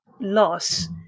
loss